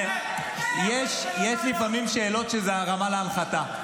יש לפעמים שאלות שזאת הרמה להנחתה.